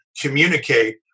communicate